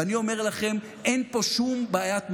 ואני אומר לכם, אין פה שום בעיית משילות,